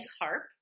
Harp